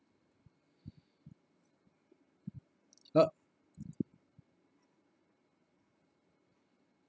uh